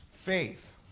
faith